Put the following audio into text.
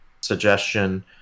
suggestion